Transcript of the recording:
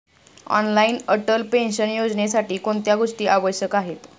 Online Atal pension योजनेसाठी कोणत्या गोष्टी आवश्यक आहेत?